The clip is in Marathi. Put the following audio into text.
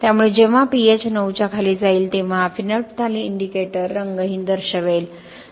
त्यामुळे जेव्हा pH 9 च्या खाली जाईल तेव्हा हा फिनोल्फथालीन इंडिकेटर रंगहीन दर्शवेल